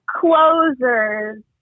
Closers